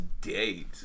date